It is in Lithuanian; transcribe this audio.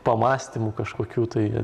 pamąstymų kažkokių tai